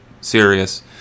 serious